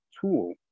tool